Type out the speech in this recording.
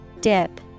Dip